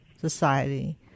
society